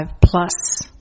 plus